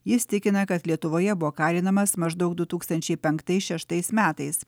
jis tikina kad lietuvoje buvo kalinamas maždaug du tūkstančiai penktais šeštais metais